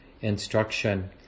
instruction